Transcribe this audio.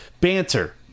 Banter